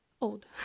old